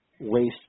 Waste